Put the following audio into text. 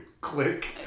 Click